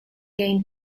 gained